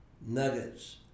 nuggets